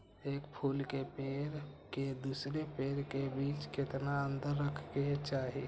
एक फुल के पेड़ के दूसरे पेड़ के बीज केतना अंतर रखके चाहि?